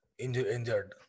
Injured